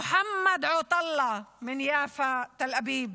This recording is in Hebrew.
מוחמד עווטאללה מיפו תל אביב,